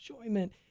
enjoyment